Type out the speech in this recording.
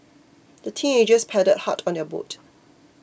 the teenagers paddled hard on their boat